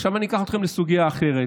עכשיו אקח אתכם לסוגיה אחרת,